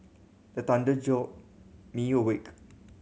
the thunder jolt me awake